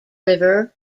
river